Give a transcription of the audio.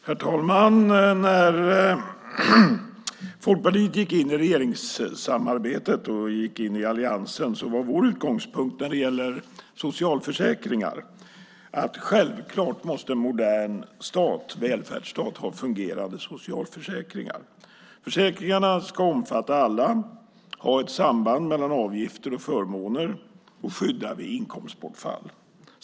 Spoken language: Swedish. Herr talman! När Folkpartiet gick in i regeringssamarbetet och in i alliansen var vår utgångspunkt när det gäller socialförsäkringar att en modern välfärdsstat självklart måste ha fungerande socialförsäkringar. Försäkringarna ska omfatta alla, ha ett samband mellan avgifter och förmåner och skydda vid inkomstbortfall.